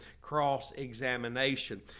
cross-examination